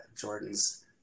Jordan's